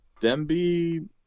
Demby